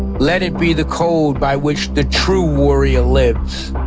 let it be the code by which the true warrior lives